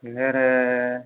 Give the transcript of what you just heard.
வேறு